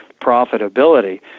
profitability